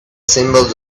symbols